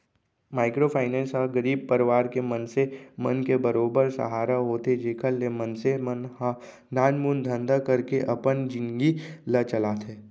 micro finance ह गरीब परवार के मनसे मन के बरोबर सहारा होथे जेखर ले मनसे मन ह नानमुन धंधा करके अपन जिनगी ल चलाथे